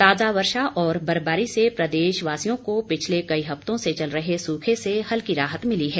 ताजा वर्षा और बर्फवारी से प्रदेश वासियों को पिछले कई हफ्तों से चल रहे सूखे से हल्की राहत मिली है